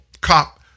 cop